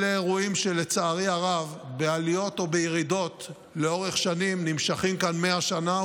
אלה אירועים שלצערי הרב נמשכים כאן 100 שנה,